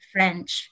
French